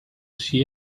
see